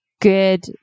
good